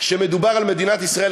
שמדובר על מדינת ישראל,